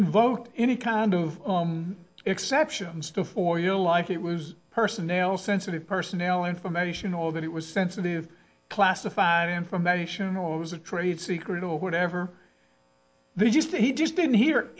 invoked any kind of exceptions to for your life it was personnel sensitive personal information all that it was sensitive classified information it was a trade secret or whatever they just did he just didn't hear